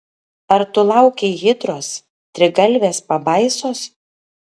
ar tu laukei hidros trigalvės pabaisos